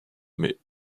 mais